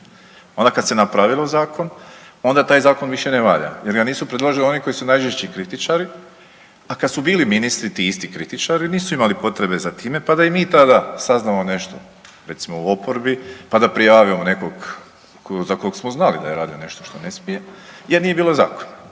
Onda kad se napravio zakon, onda taj zakon više ne valja jer ga nisu predložili oni koji su najžešći kritičari. A kad su bili ministri ti isti kritičari nisu imali potrebe za time, pa da i mi tada saznamo nešto recimo u oporbi, pa da prijavimo nekog za kog smo znali da je radio nešto što ne smije jer nije bilo zakona.